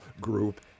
group